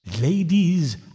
Ladies